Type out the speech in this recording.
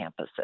campuses